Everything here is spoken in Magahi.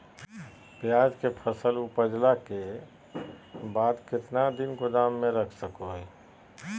प्याज के फसल उपजला के बाद कितना दिन गोदाम में रख सको हय?